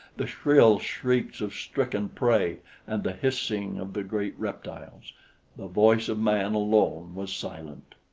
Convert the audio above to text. the shrill shrieks of stricken prey and the hissing of the great reptiles the voice of man alone was silent.